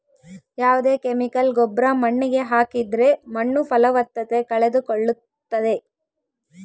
ಯಾವ್ದೇ ಕೆಮಿಕಲ್ ಗೊಬ್ರ ಮಣ್ಣಿಗೆ ಹಾಕಿದ್ರೆ ಮಣ್ಣು ಫಲವತ್ತತೆ ಕಳೆದುಕೊಳ್ಳುತ್ತದೆ